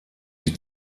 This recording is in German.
die